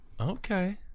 Okay